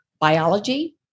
biology